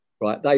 right